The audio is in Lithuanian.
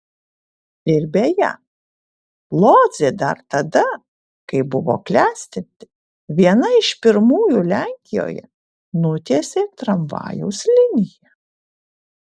ir beje lodzė dar tada kai buvo klestinti viena iš pirmųjų lenkijoje nutiesė tramvajaus liniją